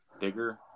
bigger